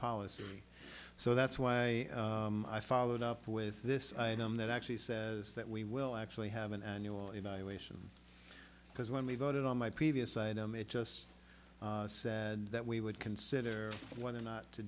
policy so that's why i followed up with this item that actually says that we will actually have an annual evaluation because when we voted on my previous item it just said that we would consider whether or not to